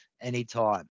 anytime